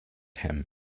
him